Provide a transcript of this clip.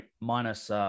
minus